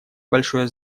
большое